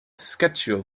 schedule